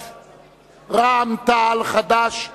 סיעות רע"ם-תע"ל, חד"ש ובל"ד,